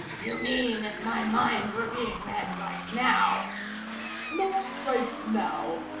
you mean, if my mind were being read right now not right now,